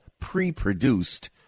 pre-produced